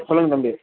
சொல்லுங்கள் தம்பி